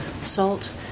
salt